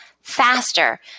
faster